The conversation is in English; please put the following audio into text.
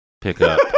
pickup